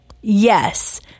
Yes